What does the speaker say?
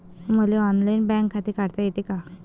मले online bank खाते काढता येते का?